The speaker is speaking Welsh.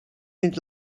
mynd